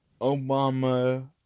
Obama